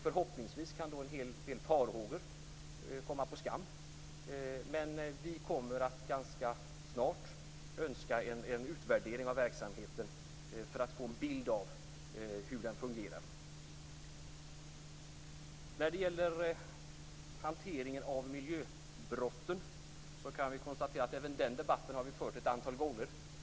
Förhoppningsvis kan en del farhågor då komma på skam. Men vi kommer att ganska snart önska en utvärdering av verksamheten för att få en bild av hur den fungerar. När det gäller hanteringen av miljöbrotten kan vi konstatera att även den debatten har vi fört ett antal gånger.